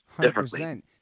differently